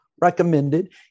recommended